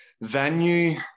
Venue